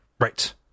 right